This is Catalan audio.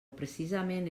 precisament